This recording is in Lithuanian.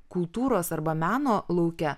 kultūros arba meno lauke